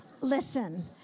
Listen